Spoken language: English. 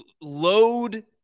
Load